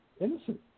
innocent